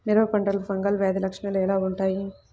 మిరప పంటలో ఫంగల్ వ్యాధి లక్షణాలు ఎలా వుంటాయి?